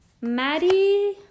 Maddie